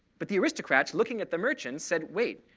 but the aristocrats, looking at the merchants, said, wait,